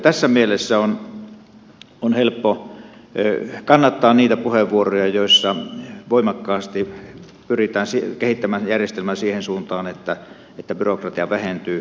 tässä mielessä on helppo kannattaa niitä puheenvuoroja joissa voimakkaasti pyritään kehittämään järjestelmää siihen suuntaan että byrokratia vähentyy